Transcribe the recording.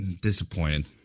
disappointed